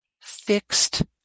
fixed